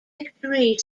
victory